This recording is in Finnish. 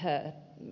ö ö l